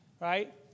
right